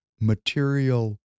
material